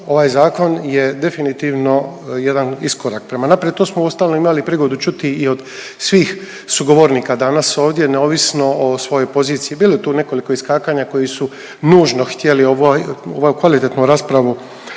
Ovaj zakon je definitivno jedan iskorak prema naprijed. To smo uostalom imali prigodu čuti i od svih sugovornika danas ovdje neovisno o svojoj poziciji. Bilo je tu nekoliko iskakanja koji su nužno htjeli ovaj, ovu kvalitetnu raspravu